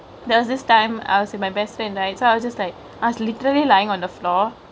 there was this time I was with my best friend right so I was just like I was literally lyingk on the floor